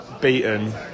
beaten